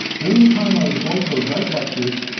during the time i was going to those night lectures,